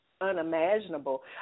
unimaginable